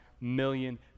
million